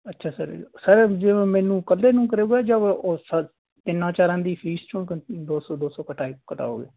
ਅੱਛਾ sir sir ਜਿਵੇਂ ਮੈਨੂੰ ਇਕੱਲੇ ਨੂੰ ਕਰੂੰਗਾ ਜਾਂ ਉਹ ਤਿੰਨਾਂ ਚਾਰਾਂ ਦੀ ਫੀਸ 'ਚੋਂ ਦੋ ਸੌ ਦੋ ਸੌ ਕਟਾ ਕਟਾਓਗੇ